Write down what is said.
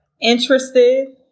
interested